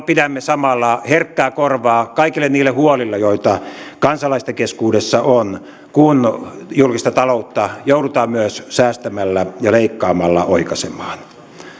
pidämme samalla herkkää korvaa kaikille niille huolille joita kansalaisten keskuudessa on kun julkista taloutta joudutaan myös säästämällä ja leikkaamalla oikaisemaan